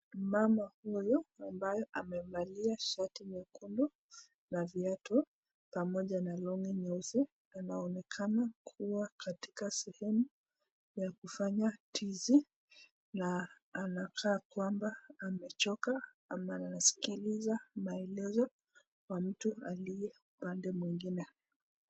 Mama huyu ambaye amevalia shati nyekundu, na viatu pamoja na long'i nyeusi, anaonekana kuwa katika sehemu ya kufanya tizi, na anakaa kwamba amechoka ama anasikilza maelezo ya mtu aliye paNde mwingine.